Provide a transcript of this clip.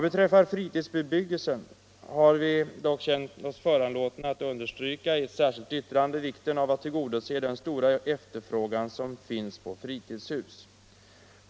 Beträffande fritidsbebyggelsen har vi dock känt oss föranlåtna att i ett särskilt yttrande understryka vikten av att tillgodose den stora efterfrågan på fritidshus.